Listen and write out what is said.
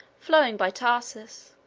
flowing by tarsus,